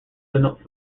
denote